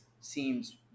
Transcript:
seems